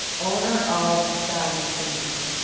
owner of savvy cleaner,